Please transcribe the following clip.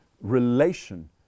relation